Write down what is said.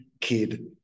kid